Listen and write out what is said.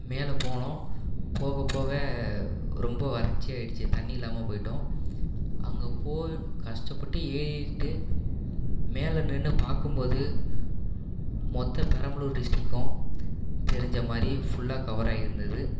மேலே போனோம் போக போக ரொம்ப வறட்சி ஆகிடுச்சி தண்ணி இல்லாமல் போய்ட்டோம் அங்கே கஷ்டப்பட்டு ஏறிட்டு மேலே நின்று பார்க்கும்போது மொத்த பெரம்பலூர் டிஸ்ட்ரிக்கும் தெரிஞ்ச மாதிரி ஃபுல்லாக கவர் ஆகி இருந்தது